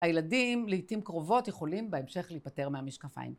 הילדים לעיתים קרובות יכולים בהמשך להיפטר מהמשקפיים.